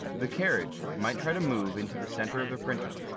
the carriage might try to move into the center of the printer.